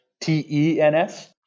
T-E-N-S